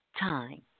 time